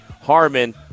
Harmon